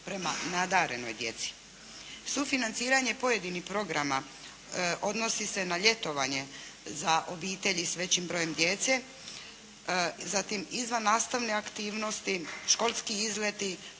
prema nadarenoj djeci. Sufinanciranje pojedinih programa odnosi se na ljetovanje za obitelji s većim brojem djece, zatim izvannastavne aktivnosti, školski izleti,